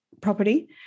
property